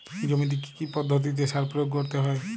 জমিতে কী কী পদ্ধতিতে সার প্রয়োগ করতে হয়?